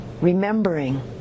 Remembering